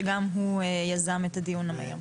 שגם הוא יזם את הדיון המהיר.